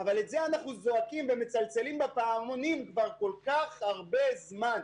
אבל את זה אנחנו זועקים כבר כל כך הרבה זמן,